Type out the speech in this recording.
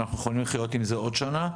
אנחנו יכולים לחיות עם זה עוד שנה?